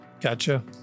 Gotcha